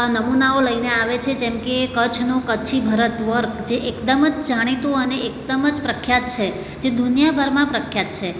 નમુનાઓ લઈને આવે છે જેમકે કચ્છનું કચ્છી ભરત વર્ક જે એકદમ જ જાણીતું અને એકદમ જ પ્રખ્યાત છે જે દુનિયાભરમાં પ્રખ્યાત છે